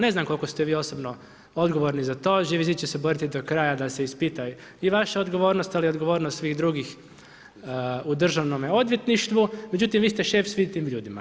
Ne znam, koliko ste vi osobno odgovorni za to, Živi zid će se boriti do kraja da se ispita i vaša odgovornost ali i odgovornost svih drugih u Državnome odvjetništvu, međutim, vi ste šef svim tim ljudima.